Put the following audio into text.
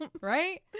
Right